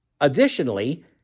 Additionally